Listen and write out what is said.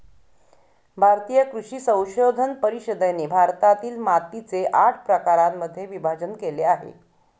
भारतीय कृषी संशोधन परिषदेने भारतातील मातीचे आठ प्रकारांमध्ये विभाजण केले आहे